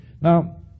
Now